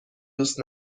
دوست